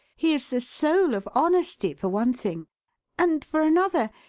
he is the soul of honesty, for one thing and, for another,